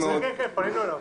כבר פנינו אליו.